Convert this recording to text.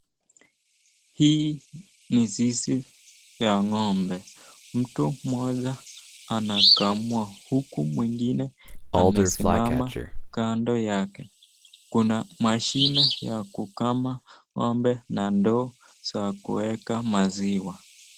Hii ni zizi ya ng'ombe, mtu mmoja anakamua huku mwingine amesimama kando yake. Kuna mashine ya kukama ng'ombe na ndoo za kuweka maziwa.